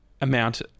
amount